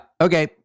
Okay